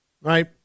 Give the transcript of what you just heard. Right